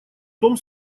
том